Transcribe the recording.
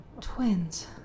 Twins